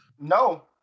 No